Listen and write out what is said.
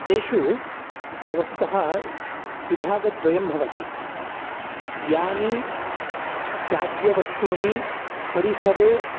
तेषु वस्तुतः विभागद्वयं भवति यानि त्याज्यवस्तूनि परिसरे